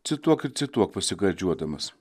cituok ir cituok pasigardžiuodamas